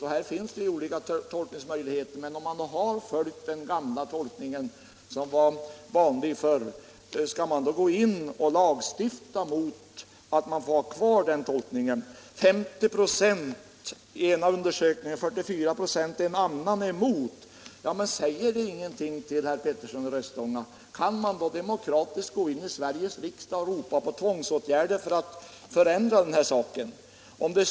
Här finns olika tolkningsmöjligheter, men om människor har följt den gamla tolkningen, som var vanlig förr, skall man då lagstifta mot att de får ha kvar den tolkningen? 50 26 enligt en undersökning och 44 96 enligt en annan är emot kvinnliga präster. Säger det ingenting, herr Petersson i Röstånga? Kan man då demokratiskt gå in i Sveriges riksdag och ropa på tvångsåtgärder för att förändra situationen?